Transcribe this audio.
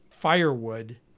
Firewood